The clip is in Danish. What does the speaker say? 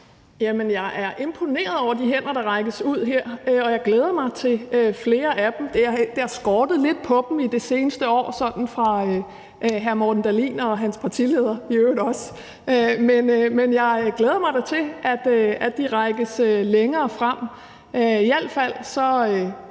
Jeg er imponeret over de hænder, der rækkes ud her, og jeg glæder mig til at se flere af dem. Det har skortet lidt på dem i det seneste år fra hr. Morten Dahlin og i øvrigt også fra hans partileder. Men jeg glæder mig da til, at de rækkes længere frem.